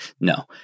no